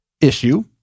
issue